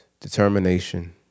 determination